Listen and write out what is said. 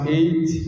eight